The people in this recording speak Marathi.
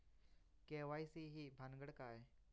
के.वाय.सी ही भानगड काय?